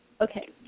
okay